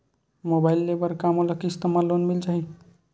Mobile ले बर का मोला किस्त मा लोन मिल जाही?